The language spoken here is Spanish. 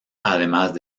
además